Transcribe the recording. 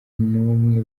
numwe